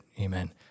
amen